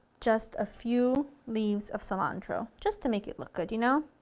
just a few leaves of cilantro, just to make it look good, you know,